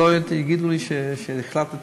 שלא תגידו לי שהחלטתי,